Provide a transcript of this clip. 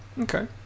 Okay